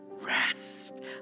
rest